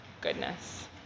goodness